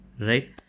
Right